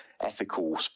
ethical